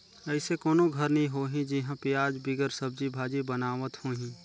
अइसे कोनो घर नी होही जिहां पियाज बिगर सब्जी भाजी बनावत होहीं